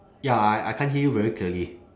ya I I can't hear you very clearly